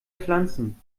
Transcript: pflanzen